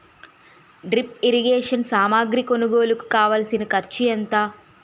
drip irrigation సామాగ్రి కొనుగోలుకు కావాల్సిన ఖర్చు ఎంత